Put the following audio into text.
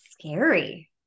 scary